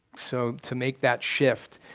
so to make that shift,